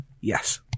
yes